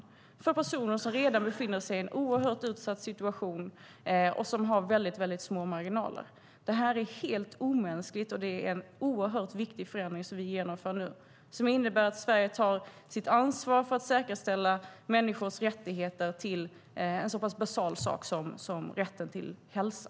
Det är personer som redan befinner sig i en oerhört utsatt situation och som har väldigt små marginaler. Det här är helt omänskligt. Det är en oerhört viktigt förändring som vi genomför nu och som innebär att Sverige tar sitt ansvar för att säkerställa en så pass basal sak som rätten till hälsa.